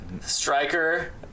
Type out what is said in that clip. Striker